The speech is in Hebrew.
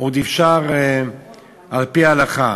עוד אפשר, על-פי ההלכה,